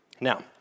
Now